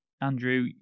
Andrew